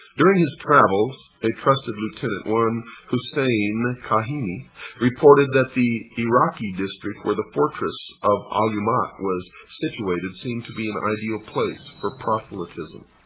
during his travels, a trusted lieutenant one hussein kahini reported that the iraki district where the fortress of alamut was situated seemed to be an ideal place for proselytism.